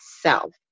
self